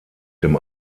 dem